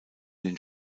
den